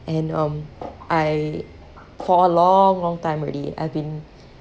and um I for a long long time already I've been